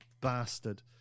bastard